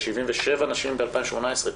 77 נשים ב-2018,